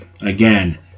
Again